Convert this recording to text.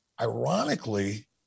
ironically